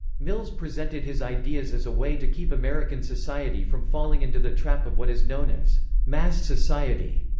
mills presented his ideas as a way to keep american society from falling into the trap of what is known as mass society.